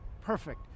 perfect